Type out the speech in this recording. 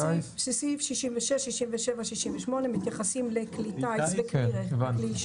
בסעיף 66, 67 ו-68 מתייחסים לכלי שיט.